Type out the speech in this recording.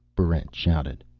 barrent shouted.